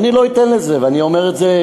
ואני לא אתן לזה, ואני אומר את זה.